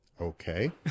Okay